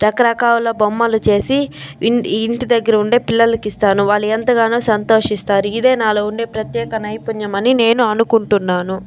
రకరకాల బొమ్మలు చేసి ఇం ఇంటి దగ్గర ఉండే పిల్లలకు ఇస్తాను వాళ్ళు ఎంతగానో సంతోషిస్తారు ఇదే నాలో ఉండే ప్రత్యేక నైపుణ్యం అని నేను అనుకుంటున్నాను